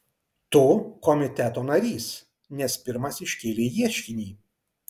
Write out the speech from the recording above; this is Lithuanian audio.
tu komiteto narys nes pirmas iškėlei ieškinį